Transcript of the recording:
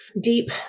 deep